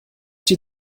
die